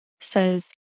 says